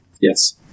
Yes